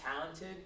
talented